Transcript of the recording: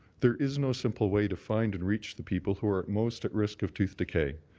there is no simple way to find and reach the people who are most at risk of tooth decay.